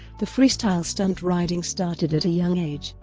the freestyle stunt riding started at a young age.